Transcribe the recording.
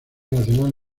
nacional